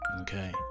Okay